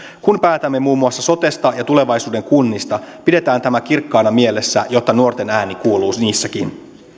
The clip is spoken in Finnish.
kun päätämme muun muassa sotesta ja tulevaisuuden kunnista pidetään tämä kirkkaana mielessä jotta nuorten ääni kuuluu niissäkin